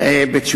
מהמתפרעים.